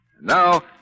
Now